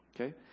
Okay